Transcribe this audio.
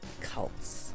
cults